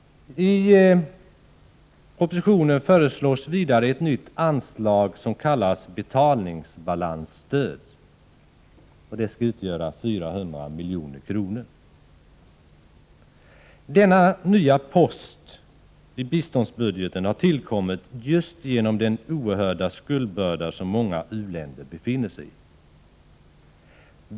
I propositionen föreslås vidare ett nytt anslag, som kallas ”betalningsbalansstöd”, på 400 milj.kr. Denna nya post i biståndsbudgeten har tillkommit just genom den oerhörda skuldbörda som många u-länder har.